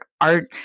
art